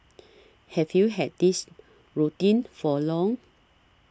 have you had this routine for long